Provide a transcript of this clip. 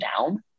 down